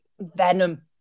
venom